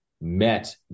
met